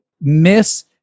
miss